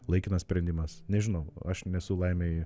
laikinas sprendimas nežinau aš nesu laimei